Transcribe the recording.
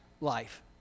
life